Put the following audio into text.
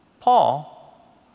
Paul